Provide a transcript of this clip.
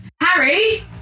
Harry